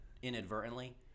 Inadvertently